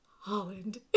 Holland